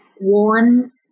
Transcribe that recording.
warns